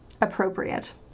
appropriate